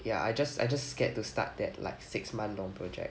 ya I just I just scared to start that like six month long project